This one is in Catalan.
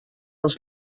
els